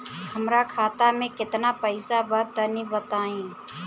हमरा खाता मे केतना पईसा बा तनि बताईं?